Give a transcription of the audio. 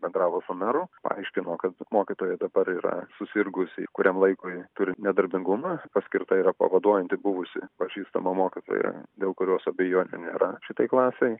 bendravo su meru paaiškino kad mokytoja dabar yra susirgusi kuriam laikui turi nedarbingumą paskirta yra pavaduojanti buvusi pažįstama mokytoja dėl kurios abejonių nėra šitai klasei